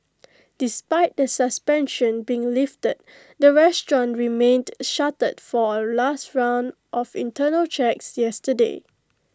despite the suspension being lifted the restaurant remained shuttered for A last round of internal checks yesterday